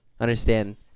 understand